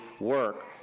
work